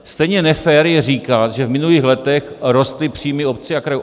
Stejně nefér je říkat, že v minulých letech rostly příjmy obcí a krajů.